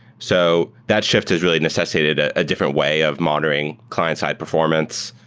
so that shift has really necessitated a different way of monitoring client-side performance.